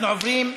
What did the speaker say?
אנחנו עוברים,